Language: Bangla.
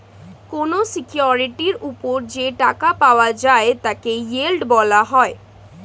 কোন সিকিউরিটির উপর যে টাকা পাওয়া যায় তাকে ইয়েল্ড বলা হয়